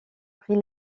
pris